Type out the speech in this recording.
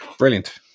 Brilliant